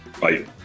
Bye